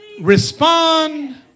Respond